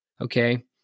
Okay